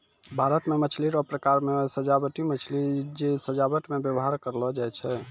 भारत मे मछली रो प्रकार मे सजाबटी मछली जे सजाबट मे व्यवहार करलो जाय छै